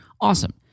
Awesome